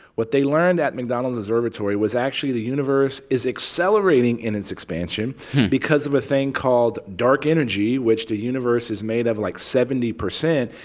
what they learned at mcdonald observatory was actually the universe is accelerating in its expansion because of a thing called dark energy, which the universe is made of, like, seventy percent.